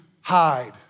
hide